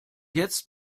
jetzt